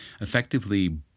effectively